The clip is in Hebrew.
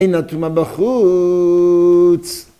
‫הנה הטומאה בחוץ.